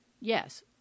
Yes